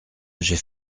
j’ai